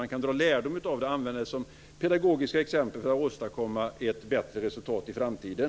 Man kan dra lärdom av dem och använda dem som pedagogiska exempel för att åstadkomma ett bättre resultat i framtiden.